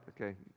Okay